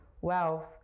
wealth